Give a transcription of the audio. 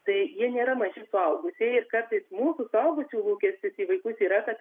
tai jie nėra maži suaugusieji kartais mūsų suaugusių lūkestis į vaikus yra kad